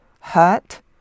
hurt